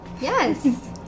Yes